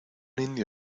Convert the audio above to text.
indio